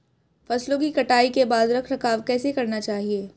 फसलों की कटाई के बाद रख रखाव कैसे करना चाहिये?